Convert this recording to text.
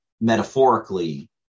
metaphorically